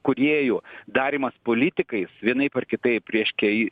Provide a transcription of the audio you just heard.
kūrėjų darymas politikais vienaip ar kitaip reiškia